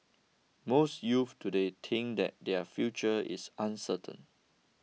most youths today think that their future is uncertain